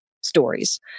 stories